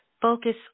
focus